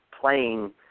playing